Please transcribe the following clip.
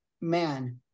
man